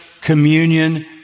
communion